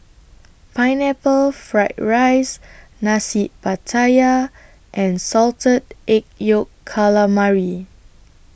Pineapple Fried Rice Nasi Pattaya and Salted Egg Yolk Calamari